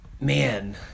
Man